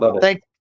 Thank